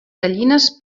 gallines